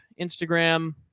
Instagram